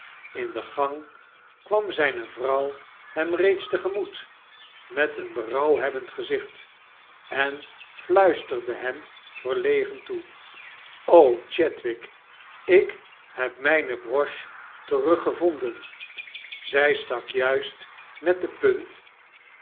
in de gang kwam zijne vrouw hem reeds te gemoet met een berouwhebbend gezicht en fluisterde hem verlegen toe eig ik heb rape broche teruggevonden zy stak juist met de punt